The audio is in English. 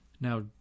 now